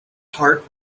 heart